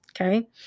okay